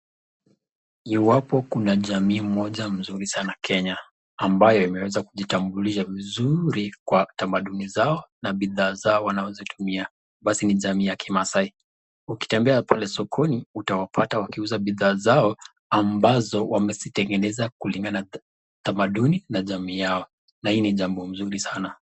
Iwapo kuna jamii mmoja mzuri sana Kenya ambayo imeweza kujitambulisha vizuri Kwa utamaduni zao na bidhaa zao, wanazotumia basi ni jamii ya kimaasai. Ukitembea pale sokoni utawapata wakiuza bidhaa zao ambazo wamezitengeneza kulingana na utamaduni na jamii yao, na hii ni jambo mzuri sana.